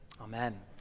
amen